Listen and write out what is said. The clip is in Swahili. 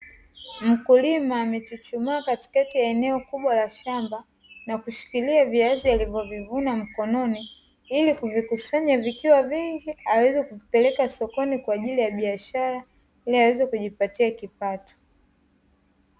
Mkulima amechuchumaa katikati ya eneo kubwa la shamba na kushikilia viazi alivyovivuna mkononi, ili kuvikusanya vikiwa vingi aweze kuvipeleka sokoni kwa ajili ya biashara, ili aweze kujipatia kipato.